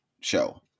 show